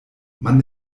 man